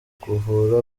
kuvura